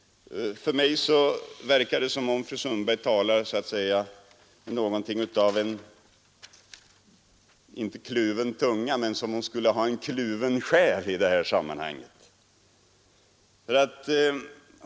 För mig verkar det som om fru Sundberg talade inte med kluven tunga utan ur djupet av en kluven själ i detta sammanhang.